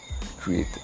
create